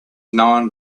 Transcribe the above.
known